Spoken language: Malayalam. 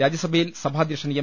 രാജ്യസഭയിൽ സഭാധ്യക്ഷൻ എം